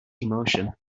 emotion